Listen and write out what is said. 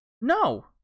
No